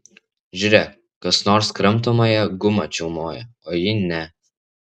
žiūrėk kas nors kramtomąją gumą čiaumoja o ji ne